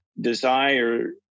desire